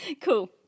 Cool